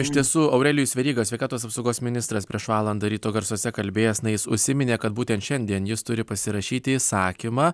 iš tiesų aurelijus veryga sveikatos apsaugos ministras prieš valandą ryto garsuose kalbėjęs na jis užsiminė kad būtent šiandien jis turi pasirašyti įsakymą